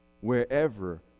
wherever